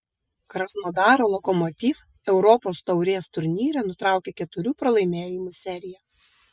krasnodaro lokomotiv europos taurės turnyre nutraukė keturių pralaimėjimų seriją